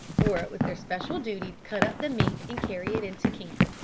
for it was their special duty to cut up the meat and carry it into camp.